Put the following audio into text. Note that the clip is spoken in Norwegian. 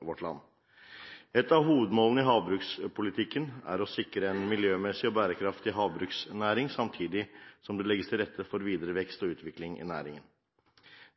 vårt land. Et av hovedmålene i havbrukspolitikken er å sikre en miljømessig og bærekraftig havbruksnæring, samtidig som det legges til rette for videre vekst og utvikling i næringen.